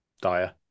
dire